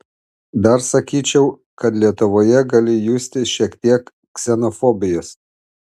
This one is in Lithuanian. dar sakyčiau kad lietuvoje gali justi šiek tiek ksenofobijos